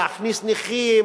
להכניס נכים,